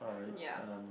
mm ya